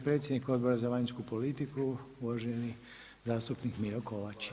Predsjednik Odbora za vanjsku politiku uvaženi zastupnik Miro Kovač.